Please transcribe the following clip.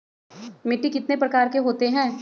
मिट्टी कितने प्रकार के होते हैं?